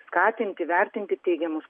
skatinti vertinti teigiamus